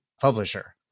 publisher